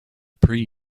pre